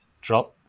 drop